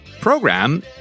program